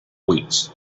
weeks